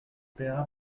paiera